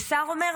וסער אומר: